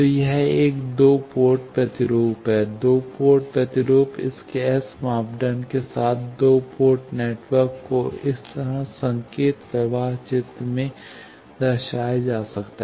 तो यह एक दो पोर्ट प्रतिरूप है दो पोर्ट प्रतिरूप इसके एस मापदंड के साथ दो पोर्ट नेटवर्क को इस तरह संकेत प्रवाह चित्र में दर्शाया जा सकता है